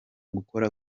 gukora